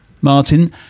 Martin